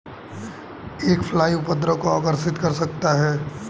एक फ्लाई उपद्रव को आकर्षित कर सकता है?